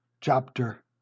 chapter